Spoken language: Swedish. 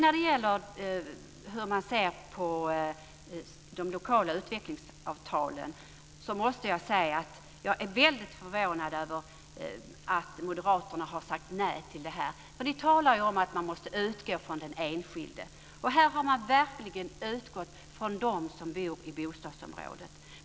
När det gäller detta med hur man ser på de lokala utvecklingsavtalen måste jag säga att jag är väldigt förvånad över att Moderaterna har sagt nej här. Ni säger ju att man måste utgå från den enskilde men här har man verkligen utgått från dem som bor i bostadsområdena.